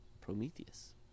Prometheus